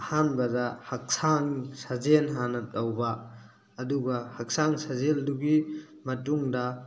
ꯑꯍꯥꯟꯕꯗ ꯍꯛꯆꯥꯡ ꯁꯥꯖꯦꯜ ꯍꯥꯟꯅ ꯇꯧꯕ ꯑꯗꯨꯒ ꯍꯛꯆꯥꯡ ꯁꯥꯖꯦꯜꯗꯨꯒꯤ ꯃꯇꯨꯡꯗ